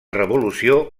revolució